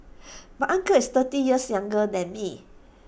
my uncle is thirty years younger than me